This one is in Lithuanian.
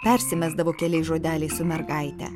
persimesdavo keliais žodeliais su mergaite